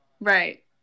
Right